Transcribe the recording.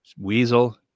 Weasel